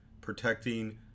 protecting